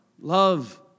love